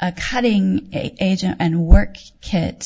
a cutting agent and work kit